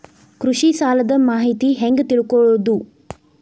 ಕೃಷಿ ಸಾಲದ ಮಾಹಿತಿ ಹೆಂಗ್ ತಿಳ್ಕೊಳ್ಳೋದು?